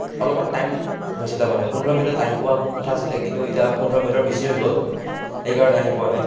অলপমান টাইম হৈছে তাৰমানে পোন্ধৰ মিনিটত আহি পোৱাৰ কথা আছিলে কিন্তু এতিয়া পোন্ধৰ মিনিটৰ বেছি হৈ গ'ল সেইকাৰণে আহি পোৱা নাই